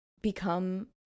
become